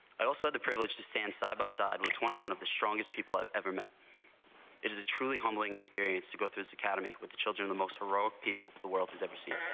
i also the privilege to stand side by side with twenty one of the strongest people i ever met it is a truly humbling experience to go through security with the children. the most ferocious papal the world has ever seen